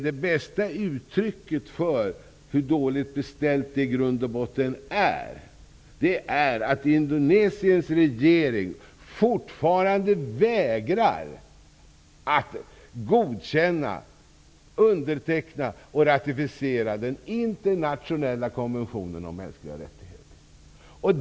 Det bästa uttrycket för hur dåligt beställt det i grund och botten är, är att Indonesiens regering fortfarande vägrar att godkänna, underteckna och ratificera den internationella konventionen om mänskliga rättigheter.